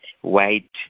white